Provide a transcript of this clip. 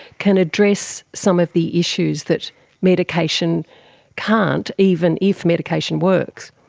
can address some of the issues that medication can't, even if medication works?